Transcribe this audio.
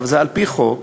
זה על-פי חוק,